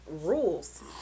rules